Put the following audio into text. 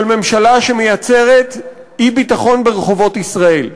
של ממשלה שמייצרת אי-ביטחון ברחובות ישראל,